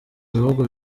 bihugu